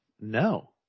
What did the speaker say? no